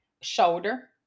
shoulder